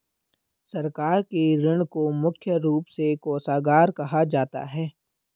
सरकार के ऋण को मुख्य रूप से कोषागार कहा जाता है